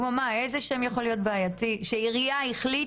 כמו מה איזה שם יכול להיות בעייתי שעיריה החליטה,